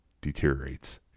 deteriorates